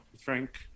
Frank